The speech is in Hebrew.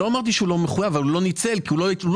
לא אמרתי שהוא לא מחויב אבל הוא לא ניצל אותו כי הוא לא שילם.